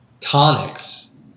tonics